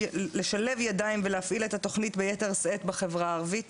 לשלב ידיים ולהפעיל את התוכנית ביתר שאת בחברה הערבית.